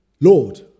Lord